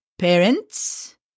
Parents